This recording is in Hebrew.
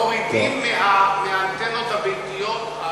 מורידים מהאנטנות הביתיות,